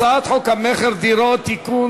הצעת חוק המכר (דירות) (תיקון,